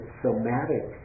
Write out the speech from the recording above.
somatic